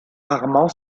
armand